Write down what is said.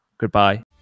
Goodbye